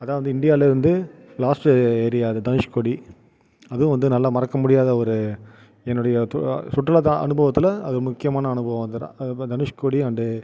அதுதான் வந்து இந்தியாவில் வந்து லாஸ்ட் ஏரியா அது தனுஷ்கோடி அதுவும் வந்து நல்லா மறக்கமுடியாத ஒரு என்னுடைய சுற் சுற்றுலா தான் அனுபவத்தில் அது ஒரு முக்கியமான அனுபவம் த தனுஷ்கோடி அண்ட்